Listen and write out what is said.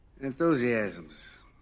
Enthusiasms